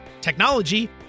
technology